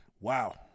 Wow